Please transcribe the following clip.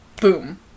boom